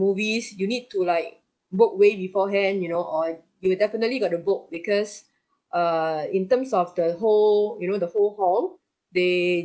movies you need to like book way beforehand you know or you'll definitely got to book because err in terms of the whole you know the whole hall they